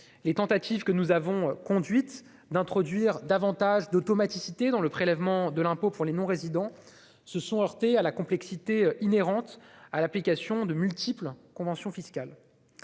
les tentatives que nous avons conduites pour introduire davantage d'automaticité dans le prélèvement de l'impôt pour les non-résidents se sont heurtées à la complexité inhérente à l'application de multiples conventions fiscales.